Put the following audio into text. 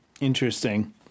interesting